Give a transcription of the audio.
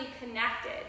connected